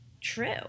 true